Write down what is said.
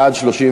בעד,